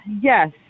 Yes